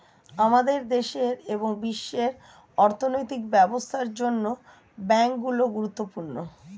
আমাদের দেশের এবং বিশ্বের অর্থনৈতিক ব্যবস্থার জন্য ব্যাংকগুলি গুরুত্বপূর্ণ